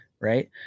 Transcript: right